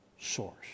source